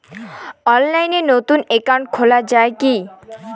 অনলাইনে নতুন একাউন্ট খোলা য়ায় কি?